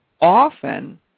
often –